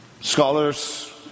Scholars